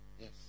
Yes